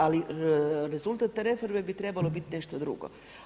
Ali rezultat te reforme bi trebalo biti nešto drugo.